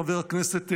חבר הכנסת אושר,